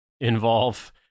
involve